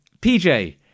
PJ